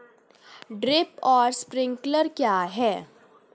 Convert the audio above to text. Drip और sprinkler क्या हैं?